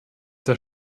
der